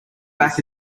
back